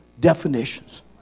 definitions